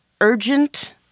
urgent